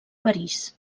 parís